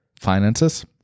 finances